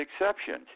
exceptions